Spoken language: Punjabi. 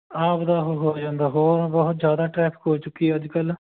ਹਾਂ ਆਪਣਾ ਹੋ ਉਹ ਜਾਂਦਾ ਹੋਰ ਬਹੁਤ ਜ਼ਿਆਦਾ ਟ੍ਰੈਫਿਕ ਹੋ ਚੁੱਕੀ ਅੱਜ ਕੱਲ੍ਹ